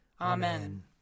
Amen